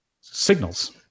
signals